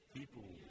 People